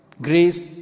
Grace